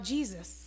Jesus